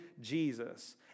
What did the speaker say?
Jesus